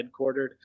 headquartered